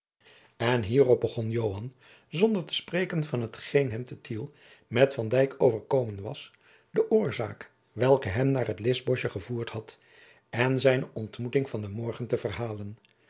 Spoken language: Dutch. en hierop begon joan zonder te spreken van hetgeen hem te tiel met van dyk overkomen was de oorzaak welke hem naar het lischboschje gevoerd had en zijne ontmoeting van den morgen te verhalen